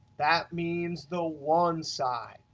that means though one side.